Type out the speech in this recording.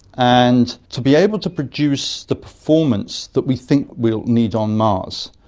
and to be able to produce the performance that we think we'll need on mars,